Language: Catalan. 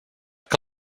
que